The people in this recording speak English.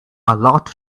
lot